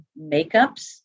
makeups